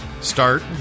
Start